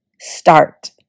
start